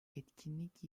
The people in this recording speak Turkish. etkinlik